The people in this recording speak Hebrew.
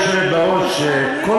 גברתי היושבת בראש, בבקשה, אדוני.